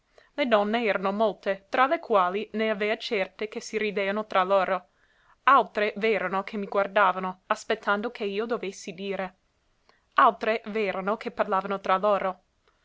le donne erano molte tra le quali n'avea certe che si rideano tra loro altre v'erano che mi guardavano aspettando che io dovessi dire altre v'erano che parlavano tra loro